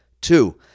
Two